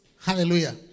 hallelujah